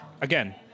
again